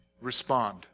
respond